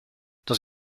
dans